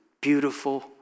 beautiful